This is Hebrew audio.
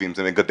אם זה מגדל,